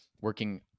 working